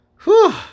Whew